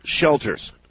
shelters